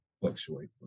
fluctuate